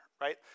right